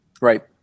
Right